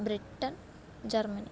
Britain Germany